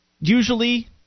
usually